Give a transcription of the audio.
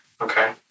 Okay